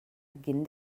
beginn